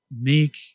make